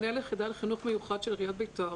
מנהל היחידה לחינוך מיוחד של עיריית ביתר,